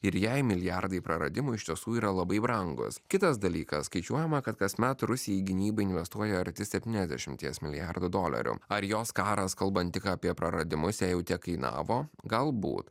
ir jai milijardai praradimų iš tiesų yra labai brangūs kitas dalykas skaičiuojama kad kasmet rusija į gynybą investuoja arti septyniasdešimties milijardų dolerių ar jos karas kalbant tik apie praradimus jai jau tiek kainavo galbūt